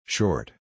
Short